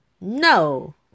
No